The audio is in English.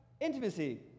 intimacy